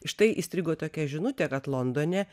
štai įstrigo tokia žinutė kad londone